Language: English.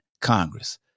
Congress